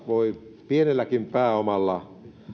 voi pienelläkin pääomalla